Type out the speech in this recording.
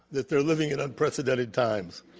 that they're living in unprecedented times.